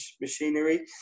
machinery